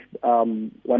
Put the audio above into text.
one